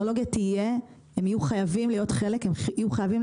הם יהיו חייבים להיות עם founder mindset מה שנקרא,